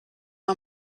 are